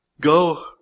Go